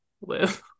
live